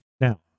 Now